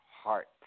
heart